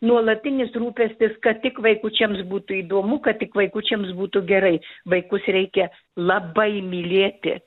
nuolatinis rūpestis kad tik vaikučiams būtų įdomu kad tik vaikučiams būtų gerai vaikus reikia labai mylėti